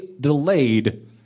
delayed